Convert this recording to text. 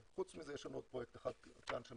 חוץ מזה יש לנו עוד פרויקט קטן אחד שאנחנו